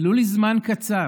ולו לזמן קצר,